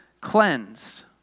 cleansed